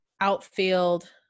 outfield